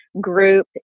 group